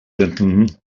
gentlemen